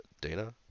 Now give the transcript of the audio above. Dana